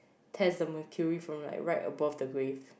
test the mercury from like right above the grave